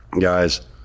guys